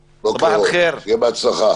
אור, שיהיה בהצלחה.